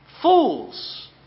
fools